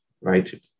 right